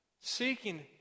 seeking